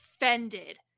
offended